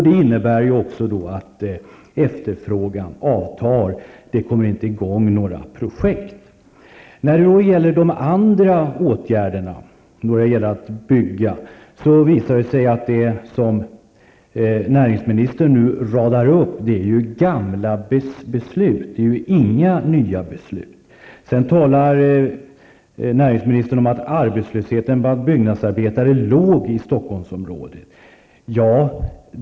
Det innebär också att efterfrågan avtar, att det inte kommer i gång några projekt. När det gäller de andra åtgärderna för byggande radar näringsministern upp gamla beslut, inte några nya. Sedan talar näringsministern om att arbetslösheten bland byggnadsarbetare är låg i Stockholmsområdet.